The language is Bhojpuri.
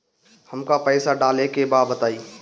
हमका पइसा डाले के बा बताई